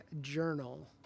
journal